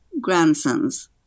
grandsons